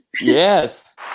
Yes